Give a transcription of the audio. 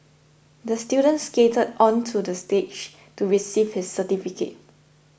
the student skated onto the stage to receive his certificate